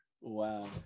wow